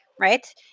right